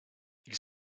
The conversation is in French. ils